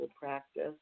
practice